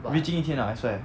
reaching 一千啊 I swear